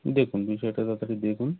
দেখুন বিষয়টার ব্যাপারে দেখুন